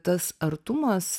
tas artumas